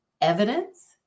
evidence